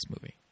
movie